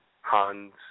Han's